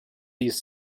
these